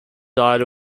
died